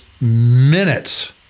minutes